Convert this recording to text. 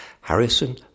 Harrison